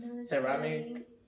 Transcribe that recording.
Ceramic